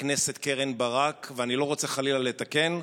חברת הכנסת קרן ברק, ואני לא רוצה חלילה לתקן,